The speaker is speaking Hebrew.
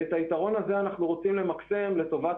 את היתרון הזה אנחנו רוצים למקסם לטובת